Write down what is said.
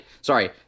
Sorry